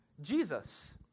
Jesus